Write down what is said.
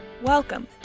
Welcome